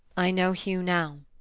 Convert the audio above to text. i know hugh now.